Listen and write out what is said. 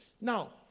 Now